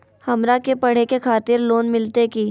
हमरा के पढ़े के खातिर लोन मिलते की?